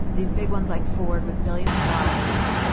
these big ones like ford with billions of dollars.